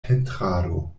pentrado